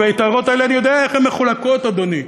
והיתרות האלה, אני יודע איך הן מחולקות, אדוני.